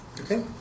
Okay